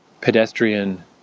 pedestrian